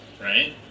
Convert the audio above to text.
right